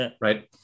right